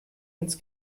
ins